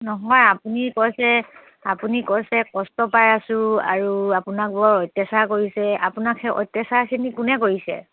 নহয় আপুনি কৈছে আপুনি কৈছে কষ্ট পাই আছোঁ আৰু আপোনাক বৰ অত্যাচাৰ কৰিছে আপোনাক সেই অত্যাচাৰখিনি কোনে কৰিছে